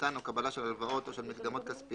מתן או קבלה של הלוואות או של מקדמות כספיות